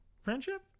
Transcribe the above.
friendship